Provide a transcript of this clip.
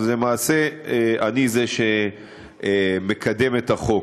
אז למעשה אני זה שמקדם את החוק.